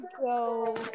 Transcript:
go